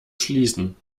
schließen